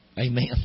Amen